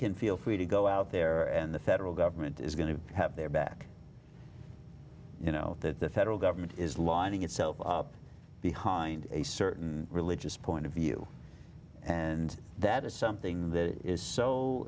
can feel free to go out there and the federal government is going to have their back you know that the federal government is lining itself up behind a certain religious point of view and that is something that is so